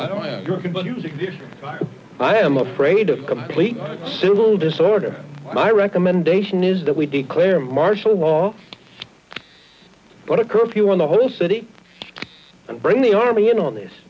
proceedings i am afraid of complete civil disorder my recommendation is that we declare martial law but a curfew on the whole city and bring the army in on this